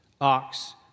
ox